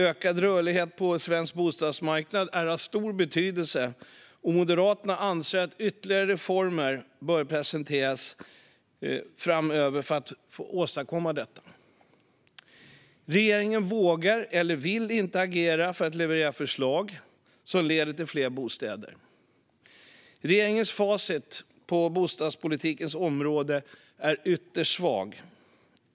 Ökad rörlighet på svensk bostadsmarknad är av stor betydelse, och Moderaterna anser att ytterligare reformer bör presenteras framöver för att åstadkomma detta. Regeringen vågar eller vill inte agera för att leverera förslag som leder till fler bostäder. Regeringens facit på bostadspolitikens område är ytterst svagt.